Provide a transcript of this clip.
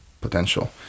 potential